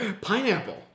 Pineapple